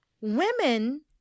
Women